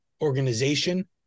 organization